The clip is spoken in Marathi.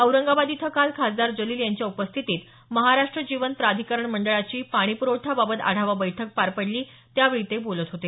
औरंगाबाद इथं काल खासदार जलिल यांच्या उपस्थितीत महाराष्ट्र जीवन प्राधिकरण मंडळाची पाणीप्रवठा बाबत आढावा बैठक पार पडली त्यावेळी ते बोलत होते